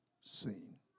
seen